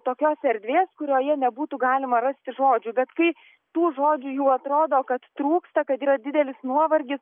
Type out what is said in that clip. tokios erdvės kurioje nebūtų galima rasti žodžių bet kai tu žodžių jų atrodo kad trūksta kad yra didelis nuovargis